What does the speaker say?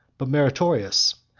but meritorious.